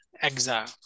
exile